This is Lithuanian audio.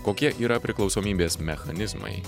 kokie yra priklausomybės mechanizmai